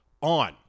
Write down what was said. on